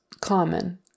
common